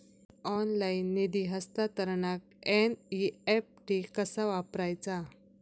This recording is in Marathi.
ऑनलाइन निधी हस्तांतरणाक एन.ई.एफ.टी कसा वापरायचा?